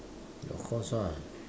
of course ah